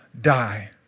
die